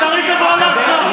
יו"ר ממלכתי,